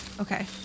Okay